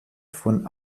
von